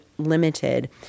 limited